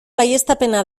baieztapena